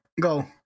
go